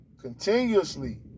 Continuously